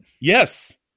Yes